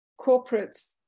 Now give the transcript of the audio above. corporates